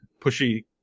pushy